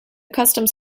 customs